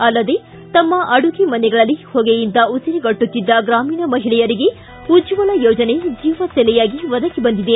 ಅಲ್ಲದೆ ತಮ್ಮ ಅಡುಗೆ ಮನೆಗಳಲ್ಲಿ ಹೊಗೆಯಿಂದ ಉಸಿರುಗಟ್ಟುಕ್ತಿದ್ದ ಗ್ರಾಮೀಣ ಮಹಿಳೆಯರಿಗೆ ಉಜ್ವಲ ಯೋಜನೆ ಜೀವಸೆಲೆಯಾಗಿ ಒದಗಿ ಬಂದಿದೆ